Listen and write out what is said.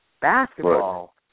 basketball